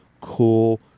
cool